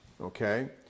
okay